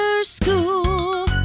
School